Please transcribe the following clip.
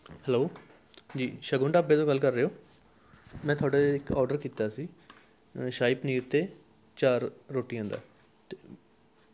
hello ਜੀ ਸ਼ਗੁਨ ਢਾਬੇ ਤੋਂ ਗੱਲ ਕਰ ਰਹੇ ਹੋ ਮੈਂ ਤੁਹਾਡੇ ਇੱਕ ਓਡਰ ਕੀਤਾ ਸੀ ਸ਼ਾਹੀ ਪਨੀਰ ਅਤੇ ਚਾਰ ਰੋਟੀਆਂ ਦਾ